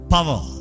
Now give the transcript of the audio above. Power